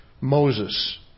Moses